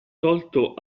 tolto